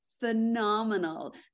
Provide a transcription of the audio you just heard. phenomenal